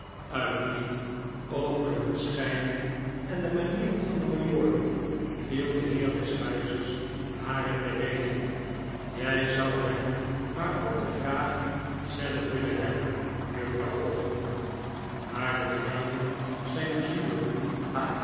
uitliet over de verschijning en de manieren van den majoor viel de heer des huizes haar inde rede jij zou hem maar al te graag zelf willen hebben juffrouw osborne maar de druiven zijn zuur